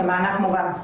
כמענק מוגן.